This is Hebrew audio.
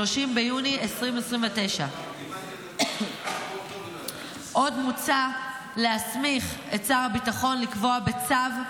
30 ביוני 2029. עוד מוצע להסמיך את שר הביטחון לקבוע בצו,